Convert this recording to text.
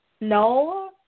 No